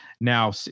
now